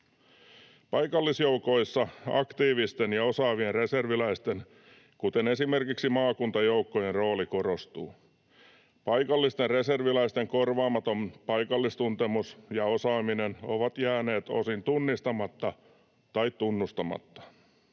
Paikallisjoukoissa aktiivisten ja osaavien reserviläisten, kuten esimerkiksi maakuntajoukkojen, rooli korostuu. Paikallisten reserviläisten korvaamaton paikallistuntemus ja osaaminen ovat jääneet osin tunnistamatta tai tunnustamatta.